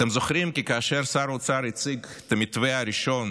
אתם זוכרים כי כאשר שר האוצר הציג את המתווה הראשון,